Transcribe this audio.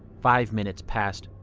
five minutes passed.